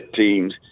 teams